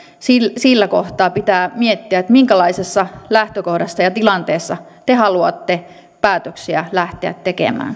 siinä kohtaa pitää miettiä minkälaisesta lähtökohdasta ja tilanteesta te haluatte päätöksiä lähteä tekemään